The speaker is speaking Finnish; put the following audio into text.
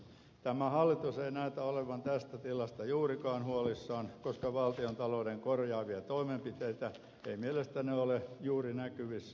tämä hallitus ei näytä olevan tästä tilasta juurikaan huolissaan koska valtiontalouden korjaavia toimenpiteitä ei mielestäni ole juuri näkyvissä